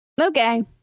okay